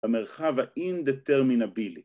‫המרחב האינדטרמינבילי.